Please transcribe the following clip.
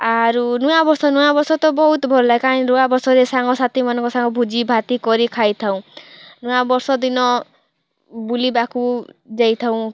ଆରୁ ନୂଆବର୍ଷ ନୂଆବର୍ଷ ତ ବହୁତ୍ ଭଲ୍ ଟା କାଏଁଯେ କି ନୂଆବର୍ଷରେ ସାଙ୍ଗସୀଥୀ ମାନଙ୍କ ସଙ୍ଗେ ଭୁଜିଭାତି କରି ଖାଇଥାଉଁ ନୂଆବର୍ଷ ଦିନ ବୁଲିବାକୁ ଯାଇଥାଉଁ